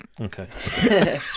okay